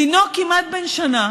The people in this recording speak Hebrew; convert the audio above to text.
תינוק כמעט בן שנה,